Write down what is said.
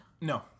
No